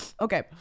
Okay